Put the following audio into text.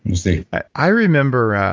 see i remember,